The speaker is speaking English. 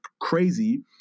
crazy